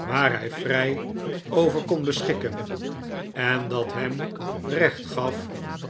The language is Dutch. waar hij vrij over kon beschikken en dat hem recht gai